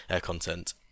content